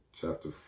chapter